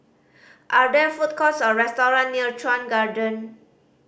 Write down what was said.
are there food courts or restaurant near Chuan Garden